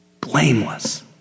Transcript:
blameless